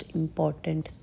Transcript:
important